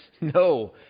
No